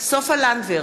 סופה לנדבר,